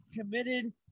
committed